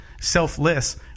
selfless